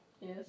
Yes